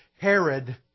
Herod